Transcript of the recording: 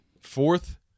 fourth